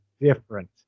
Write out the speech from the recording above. different